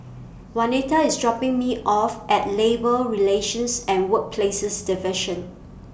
Waneta IS dropping Me off At Labour Relations and Workplaces Division